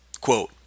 Quote